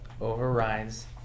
overrides